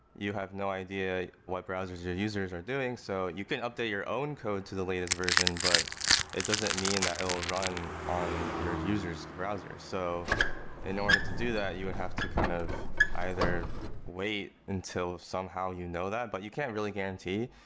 you have no idea what browsers your users are doing, so you can update your own code to the latest version, but it doesn't mean that it will run on your users' browser. so in order to do that, you would have to kind of either wait until somehow you know that, but you can't really guarantee.